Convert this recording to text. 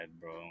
bro